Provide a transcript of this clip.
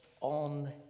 on